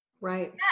Right